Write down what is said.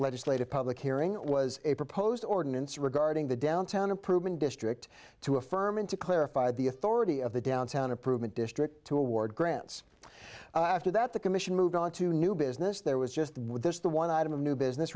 legislative public hearing was a proposed ordinance regarding the downtown improvement district to affirm and to clarify the authority of the downtown improvement district to award grants after that the commission moved on to new business there was just with this the one item of new business